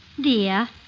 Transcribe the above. dear